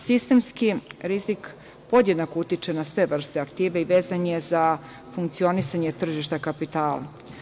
Sistemski, rizik podjednako utiče na sve vrste aktive i vezan je za funcionisanje tržšta kapitala.